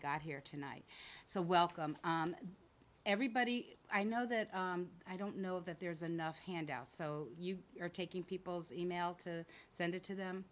got here tonight so welcome everybody i know that i don't know that there's enough handouts so you are taking people's e mail to send it to them